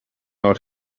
out